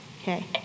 Okay